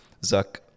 zuck